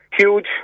huge